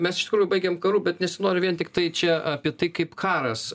mes iš tikrųjų baigėm karu bet nesinori vien tiktai čia apie tai kaip karas